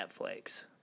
Netflix